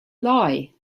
lie